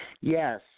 Yes